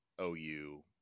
OU